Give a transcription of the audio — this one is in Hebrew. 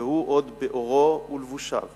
והוא עוד בעורו ולבושיו.../